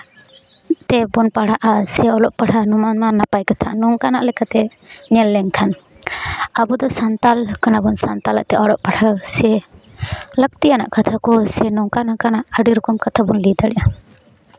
ᱛᱮᱵᱚᱱ ᱯᱟᱲᱦᱟᱜᱼᱟ ᱥᱮ ᱚᱞᱚᱜ ᱯᱟᱲᱦᱟᱜ ᱱᱚᱣᱟ ᱢᱟ ᱱᱟᱯᱟᱭ ᱠᱟᱛᱷᱟ ᱱᱚᱝᱠᱟᱱᱟᱜ ᱞᱮᱠᱟᱛᱮ ᱧᱮᱞ ᱞᱮᱱᱠᱷᱟᱱ ᱟᱵᱚᱫᱚ ᱥᱟᱱᱛᱟᱞ ᱠᱟᱱᱟᱵᱚᱱ ᱥᱟᱱᱛᱟᱞᱟᱜ ᱛᱮ ᱚᱞᱚᱜ ᱯᱟᱲᱦᱟᱣ ᱥᱮ ᱞᱟᱹᱠᱛᱤᱭᱟᱱᱟᱜ ᱠᱟᱛᱷᱟ ᱠᱚ ᱥᱮ ᱱᱚᱝᱠᱟ ᱱᱚᱝᱠᱟ ᱱᱟᱜ ᱟᱹᱰᱤ ᱨᱚᱠᱚᱢ ᱠᱟᱛᱷ ᱵᱚᱱ ᱞᱟᱹᱭ ᱫᱟᱲᱮᱭᱟᱜᱼᱟ